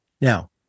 Now